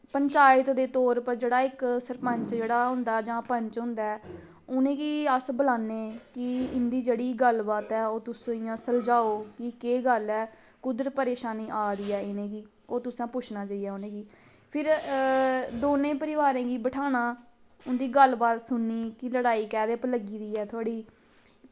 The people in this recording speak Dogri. पंचायत दे तौर पर जेह्ड़ा इक सरपंच जेह्ड़ा होंदा जां पंच होंदा ऐ उ'नें गी अस बुलान्ने कि इं'दी जेह्ड़ी गल्ल बात ऐ उस्सी इ'यां सुलझाओ कि केह् गल्ल ऐ कुद्धर परेशानी आ दी ऐ इ'नें गी ओह् तुसैं पुच्छना उ'नें गी फिर दौनें परोआरें गी बठाना उन्दी गल्ल बात सुननी कि लड़ाई कैह्दे पर लग्गी दी ऐ थुआढ़ी